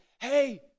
Hey